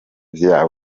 vya